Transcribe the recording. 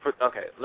okay